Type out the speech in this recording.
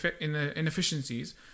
inefficiencies